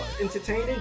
entertaining